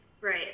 Right